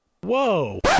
Whoa